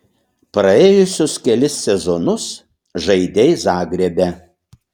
praėjusius kelis sezonus žaidei zagrebe